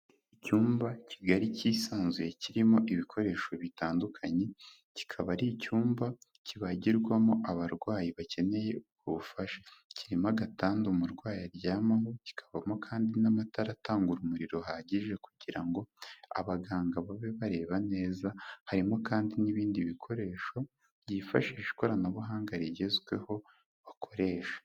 Icyumba kigari kisanzuye kirimo ibikoresho bitandukanye, kikaba ari icyumba kibagirwamo abarwayi bakeneye ubufasha. Kirimo agatanda umurwayi aryamaho, kikabamo kandi n'amatara atanga urumuri ruhagije kugira ngo abaganga babe bareba neza, harimo kandi n'ibindi bikoresho byifashisha ikoranabuhanga rigezweho bakoresha.